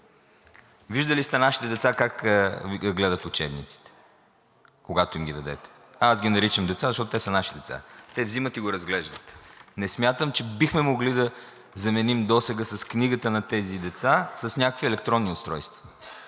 Виждали сте нашите деца как гледат учебниците, когато им ги дадете – аз ги наричам деца, защото те са наши деца – те взимат и ги разглеждат. Не смятам, че бихме могли да заменим досега книгата на тези деца с някакви електронни устройства